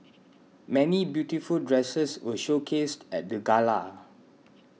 many beautiful dresses were showcased at the gala